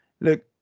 look